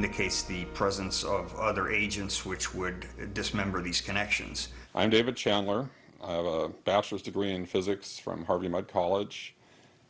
the case the presence of other agents which would dismember these connections i'm david chandler i have a bachelor's degree in physics from harvey mudd college